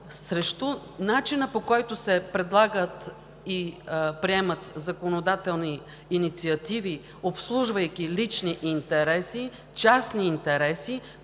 срещу начина, по който се предлагат и приемат законодателни инициативи, обслужвайки лични, частни интереси,